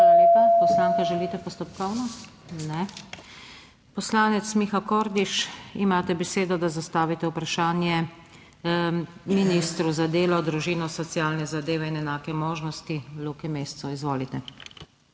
Hvala lepa. Poslanka, želite postopkovno? Ne. Poslanec Miha Kordiš, imate besedo, da zastavite vprašanje ministru za delo, družino, socialne zadeve in enake možnosti Luki Mescu. Izvolite.